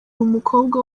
umukobwa